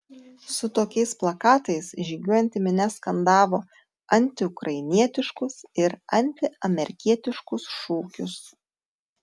su tokiais plakatais žygiuojanti minia skandavo antiukrainietiškus ir antiamerikietiškus šūkius